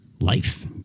life